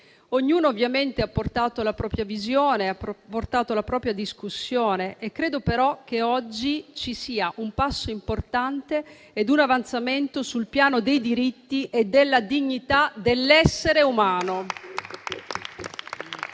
Ognuno ha portato la propria visione e la propria discussione, ma credo che oggi sia stato fatto un passo importante ed un avanzamento sul piano dei diritti e della dignità dell'essere umano.